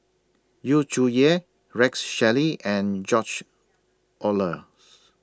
Yu Zhuye Rex Shelley and George Oehlers